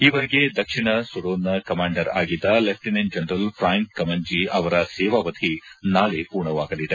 ಈವರೆಗೆ ದಕ್ಷಿಣ ಸೂಡನ್ನ ಕಮಾಂಡರ್ ಆಗಿದ್ದ ಲೆಫ್ಟಿನೆಂಟ್ ಜನರಲ್ ಫ್ರಾಂಕ್ ಕಮಂಜಿ ಅವರ ಸೇವಾವಧಿ ನಾಳೆ ಪೂರ್ಣವಾಗಲಿದೆ